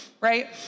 right